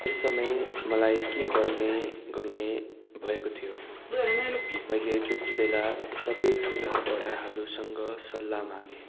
त्यस समय मलाई के गर्ने गर्ने भएको थियो मैले त्यस बेला सबै ठुलाबडाहरूसँग सल्लाह मागेँ